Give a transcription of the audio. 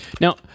Now